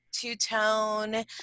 two-tone